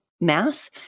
mass